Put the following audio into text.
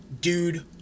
dude